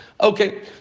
Okay